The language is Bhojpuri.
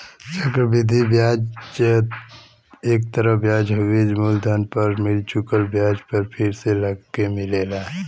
चक्र वृद्धि ब्याज एक तरह क ब्याज हउवे ई मूलधन पर मिल चुकल ब्याज पर फिर से लगके मिलेला